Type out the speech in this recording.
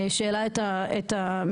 שהעלה את המחירים.